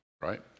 right